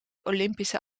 olympische